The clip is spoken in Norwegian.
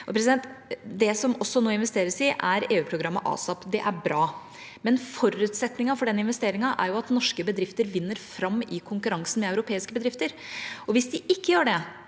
Det som det også nå investeres i, er EU-programmet ASAP. Det er bra, men forutsetningen for den investeringen er at norske bedrifter vinner fram i konkurransen med europeiske bedrifter. Hvis de ikke gjør det,